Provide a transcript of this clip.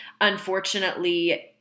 unfortunately